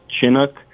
Chinook